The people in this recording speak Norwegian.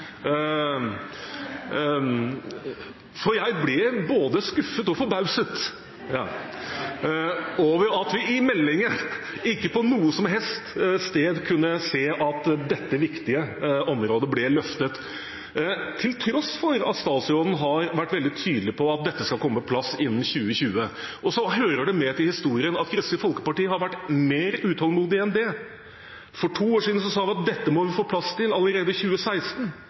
for jeg ble både skuffet og forbauset over at vi i meldingen ikke på noe som helst sted kunne se at dette viktige området ble løftet, til tross for at statsråden har vært veldig tydelig på at dette skal komme på plass innen 2020. Så hører det med til historien at Kristelig Folkeparti har vært mer utålmodig enn det. For to år siden sa vi at dette må vi få plass til allerede i 2016.